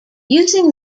using